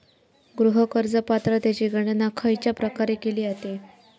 गृह कर्ज पात्रतेची गणना खयच्या प्रकारे केली जाते?